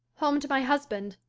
home to my husband.